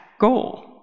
goal